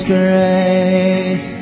grace